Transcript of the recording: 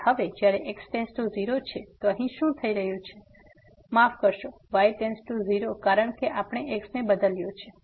અને હવે જ્યારે x → 0 છે તો અહીં શું થઈ રહ્યું છે માફ કરશો y → 0 કારણ કે આપણે x ને બદલ્યો છે